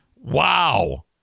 Wow